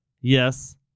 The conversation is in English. yes